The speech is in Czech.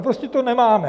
Prostě to nemáme.